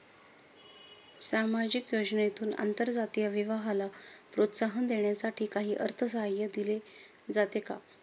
सामाजिक योजनेतून आंतरजातीय विवाहाला प्रोत्साहन देण्यासाठी काही अर्थसहाय्य दिले जाते का?